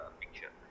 picture